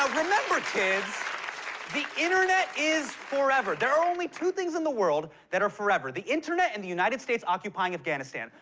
remember, kids the internet is forever. there are only two things in the world that are forever the internet and the united states occupying afghanistan.